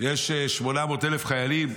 יש מדרש חנוכה שמבוסס על המגילה הזאת.